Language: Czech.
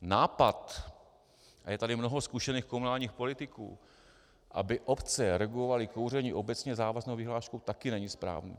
Nápad, a je tady mnoho zkušených komunálních politiků, aby obce regulovaly kouření obecně závaznou vyhláškou, taky není správný.